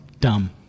dumb